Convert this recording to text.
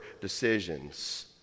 decisions